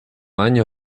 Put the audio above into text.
año